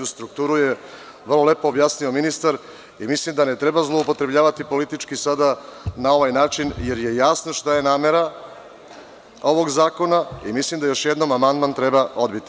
Strukturu je vrlo lepo objasnio ministar i mislim da ne treba zloupotrebljavati politički sada na ovaj način jer je jasno šta je namera ovog zakona i mislim da još jednom amandman treba odbiti.